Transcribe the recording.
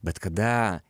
bet kada